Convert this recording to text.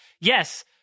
yes